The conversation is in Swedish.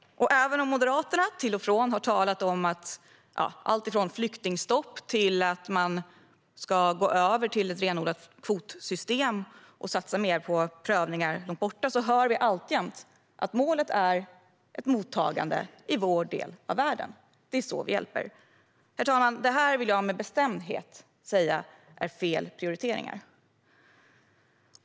Även om Moderaterna till och från har talat om alltifrån flyktingstopp till att man ska gå över till ett renodlat kvotsystem och satsa mer på prövningar långt borta hör vi alltjämt att målet är ett mottagande i vår del av världen. Det är så vi hjälper. Herr talman! Detta vill jag med bestämdhet säga är fel prioriteringar.